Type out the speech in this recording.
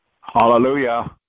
Hallelujah